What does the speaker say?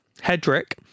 Hedrick